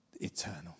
eternal